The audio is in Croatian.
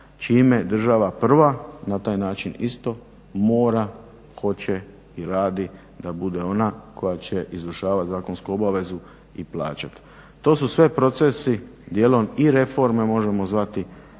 čime država prva na taj način isto mora, hoće i radi da bude ona koja će izvršavati zakonsku obavezu i plaćati. To su sve procesi dijelom i reforme možemo zvati